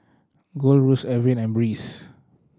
Gold Roast Evian and Breeze